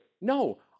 no